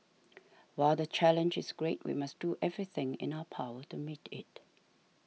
while the challenge is great we must do everything in our power to meet it